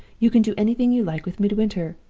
you can do anything you like with midwinter